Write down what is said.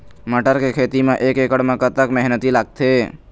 मटर के खेती म एक एकड़ म कतक मेहनती लागथे?